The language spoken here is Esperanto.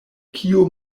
kiu